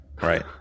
right